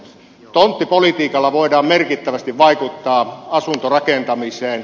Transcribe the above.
tonttipolitiikalla voidaan merkittävästi vaikuttaa asuntorakentamiseen